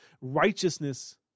Righteousness